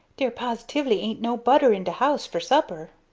dere pos'tively ain't no butter in de house fer supper.